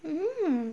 mm